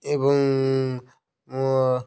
ଏବଂ ମୋ